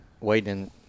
waiting